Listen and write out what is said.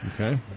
Okay